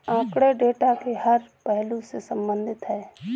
आंकड़े डेटा के हर पहलू से संबंधित है